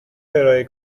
کرایه